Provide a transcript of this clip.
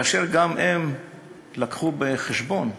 וגם הם לקחו בחשבון,